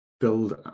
build